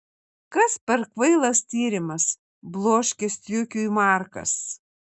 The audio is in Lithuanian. kas per kvailas tyrimas bloškė striukiui markas